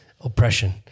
oppression